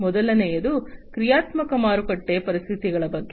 ಮೊದಲನೆಯದು ಕ್ರಿಯಾತ್ಮಕ ಮಾರುಕಟ್ಟೆ ಪರಿಸ್ಥಿತಿಗಳ ಬಗ್ಗೆ